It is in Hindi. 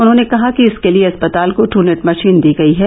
उन्होंने कहा कि इसके लिए अस्पताल को टूनेट मशीन दी गयी है